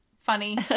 funny